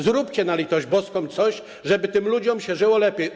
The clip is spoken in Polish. Zróbcie na litość boską coś, żeby tym ludziom się żyło lepiej.